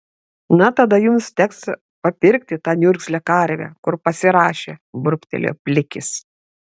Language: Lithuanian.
na tada jums teks papirkti tą niurgzlę karvę kur pasirašė burbtelėjo plikis